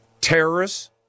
terrorists